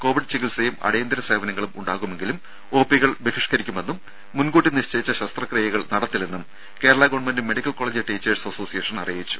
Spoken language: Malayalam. കോവിഡ് ചികിത്സയും അടിയന്തരസേവനങ്ങളും ഉണ്ടാവുമെങ്കിലും ഒപികൾ ബഹിഷ്ക്കരിക്കുമെന്നും മുൻകൂട്ടി നിശ്ചയിച്ച ശസ്ത്രക്രിയകൾ നടത്തില്ലെന്നും Kerala government medical college teachers association അറിയിച്ചു